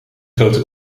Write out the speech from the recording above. grote